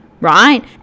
right